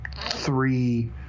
three